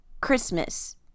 Christmas